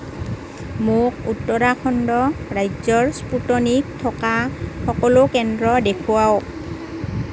মোক উত্তৰাখণ্ড ৰাজ্যৰ স্পুটনিক থকা সকলো কেন্দ্ৰ দেখুৱাওক